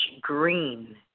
green